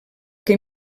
que